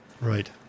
Right